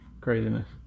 craziness